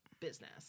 business